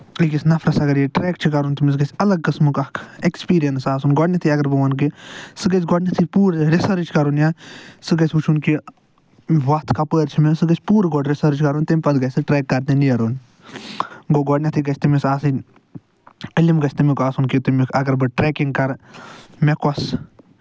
أکِس نَفرَس اَگرَے ٹرٮ۪ک چھُ کَرُن تٔمِس گژھِ اَلگ قٕسمُک اکھ اٮ۪کٔسپِرٮ۪نٔس آسُن گۄڈٕنٮ۪تھٕے اَگر بہٕ وَنہٕ کہِ سُہ گژھِ گۄڈٕنٮ۪تھٕے پوٗرٕ رِسٲرٕچ کَرُن یَتھ سُہ گژھِ وُچھُن کہِ وتھ کَپٲرۍ چھِ مےٚ سُہ گژھِ پوٗرٕ گۄڈٕ رِسٲرٕچ کَرُن تَمہِ پَتہٕ گژھِ سُہ ٹرٮ۪ک کرنہِ نٮ۪رُن گوٚو گۄڈٕنٮ۪تھ گژھِ تٔمِس آسٕنۍ علِم گژھِ تَمیُک آسُن کہِ تَمِکۍ اَگر بہٕ ٹرٮ۪کِنگ کرٕ مےٚ کوس